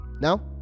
now